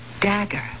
dagger